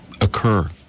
occur